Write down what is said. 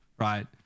Right